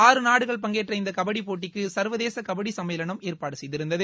ஆறு நாடுகள் பங்கேற்ற இந்த கபடி போட்டிக்கு சர்வதேச கபடி சம்மேளனம் ஏற்பாடு செய்திருந்தது